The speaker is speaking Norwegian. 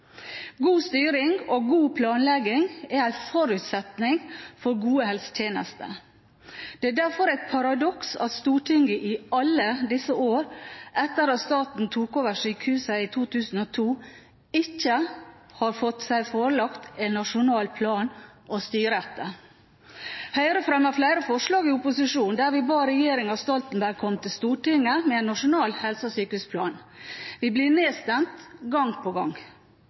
God styring og god planlegging er en forutsetning for gode helsetjenester. Det er derfor et paradoks at Stortinget i alle disse år etter at staten tok over sykehusene i 2002, ikke har fått seg forelagt en nasjonal plan å styre etter. Høyre fremmet i opposisjon flere forslag der vi ba regjeringen Stoltenberg komme til Stortinget med en nasjonal helse- og sykehusplan. Vi ble nedstemt gang på gang.